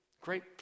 great